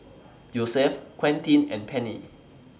Yosef Quentin and Penni